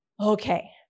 okay